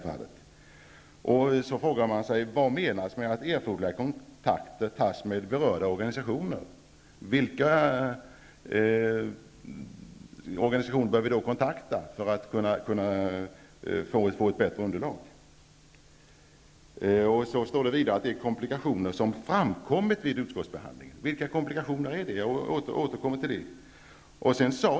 Sedan frågar man sig: Vad menas med att ''erforderliga kontakter bör tas med berörda organisationer''? Vilka organisationer är det som bör kontaktas för att man skall få ett bättre underlag? Vidare står det någonting om de komplikationer som ''framkommit vid utskottsbehandlingen''. Jag återkommer till frågan om vilka komplikationer det rör sig om.